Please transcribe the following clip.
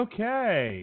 Okay